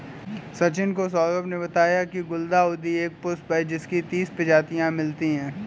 सौरभ को सचिन ने बताया की गुलदाउदी एक पुष्प है जिसकी तीस प्रजातियां मिलती है